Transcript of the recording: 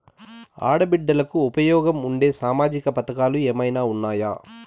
ఆడ బిడ్డలకు ఉపయోగం ఉండే సామాజిక పథకాలు ఏమైనా ఉన్నాయా?